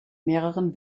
mehreren